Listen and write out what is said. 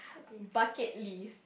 bucket list